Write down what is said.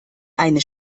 eine